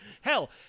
Hell